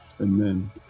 Amen